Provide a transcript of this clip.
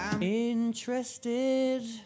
Interested